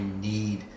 need